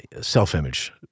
self-image